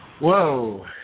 Whoa